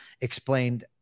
explained